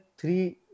three